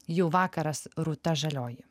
jau vakaras rūta žalioji